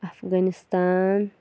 Afghanistan